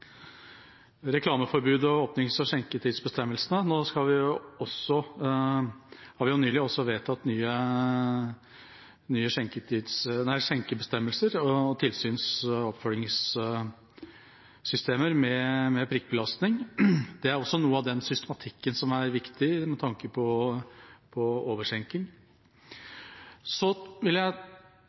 reklameforbudet og åpnings- og skjenketidsbestemmelsene: Nå har vi nylig også vedtatt nye skjenkebestemmelser og tilsyns- og oppfølgingssystemer med prikkbelastning. Det er også noe av den systematikken som er viktig med tanke på overskjenking. Så vil jeg